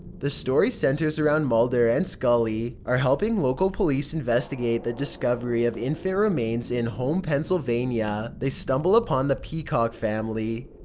the story centres around mulder and scully are helping local police investigate the discovery of infant remains in home, pennsylvania. they stumble upon the peacock family,